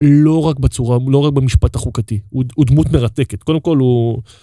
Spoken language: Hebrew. לא רק בצורה, לא רק במשפט החוקתי, הוא דמות מרתקת, קודם כל הוא...